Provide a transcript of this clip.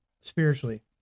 spiritually